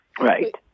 Right